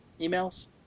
emails